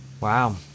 Wow